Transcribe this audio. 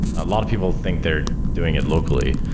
a lot of people think they're doing it locally.